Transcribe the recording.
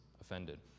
offended